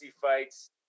fights